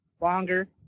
longer